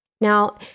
Now